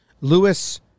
Lewis